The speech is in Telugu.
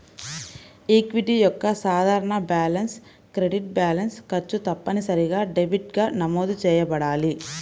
ఈక్విటీ యొక్క సాధారణ బ్యాలెన్స్ క్రెడిట్ బ్యాలెన్స్, ఖర్చు తప్పనిసరిగా డెబిట్గా నమోదు చేయబడాలి